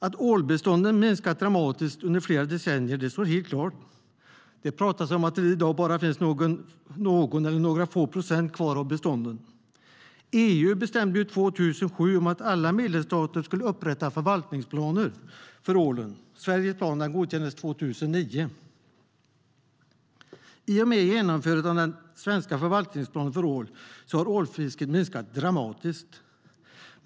Att ålbestånden har minskat dramatiskt under flera decennier står helt klart. Det pratas om att det i dag bara finns någon eller några få procent kvar av bestånden. EU bestämde 2007 att alla medlemsstater skulle upprätta förvaltningsplaner för ålen. Sveriges plan godkändes 2009. I och med genomförandet av den svenska förvaltningsplanen för ål har ålfisket minskat dramatiskt.